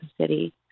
city